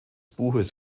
buches